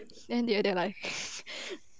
and then they like that